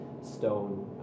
stone